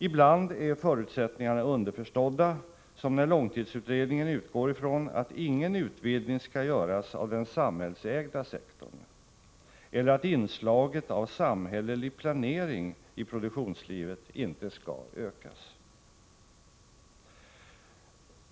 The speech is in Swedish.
Ibland är förutsättningarna underförstådda, som när långtidsutredningen utgår från att ingen utvidgning skall göras av den samhällsägda sektorn eller att inslaget av samhällelig planering i produktionslivet inte skall ökas.